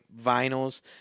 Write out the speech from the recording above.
vinyls